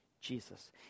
Jesus